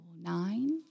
nine